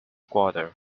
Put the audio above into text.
quarter